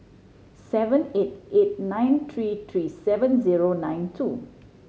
seven eight eight nine three three seven zero nine two